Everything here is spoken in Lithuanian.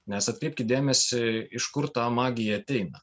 nes atkreipkit dėmesį iš kur ta magija ateina